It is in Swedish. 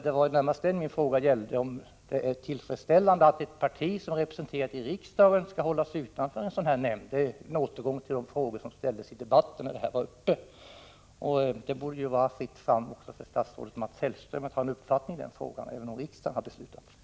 Det var närmast det min fråga gällde, om det är tillfredsställande att ett parti som är representerat i riksdagen skall hållas utanför en sådan här nämnd. Det är en återgång till de frågor som ställdes i den debatt som fördes om den här frågan. Det borde vara fritt fram även för statsrådet Mats Hellström att ha en uppfattning i den frågan, även om riksdagen har fattat beslut.